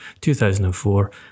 2004